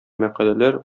мәкаләләр